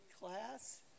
class